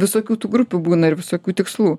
visokių tų grupių būna ir visokių tikslų